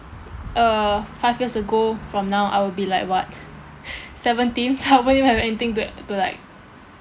uh five years ago from now I will be like what seventeen so I won't even have anything to to like